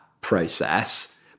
process